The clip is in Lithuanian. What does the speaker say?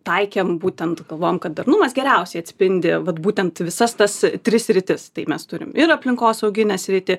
taikėm būtent galvojom kad darnumas geriausiai atspindi vat būtent visas tas tris sritis tai mes turim ir aplinkosauginę sritį